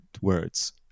words